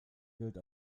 gilt